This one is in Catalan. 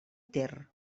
ter